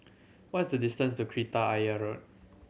what is the distance to Kreta Ayer Road